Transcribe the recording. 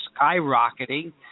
skyrocketing